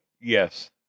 Yes